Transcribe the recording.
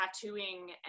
tattooing